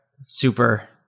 super